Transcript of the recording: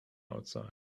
outside